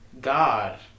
God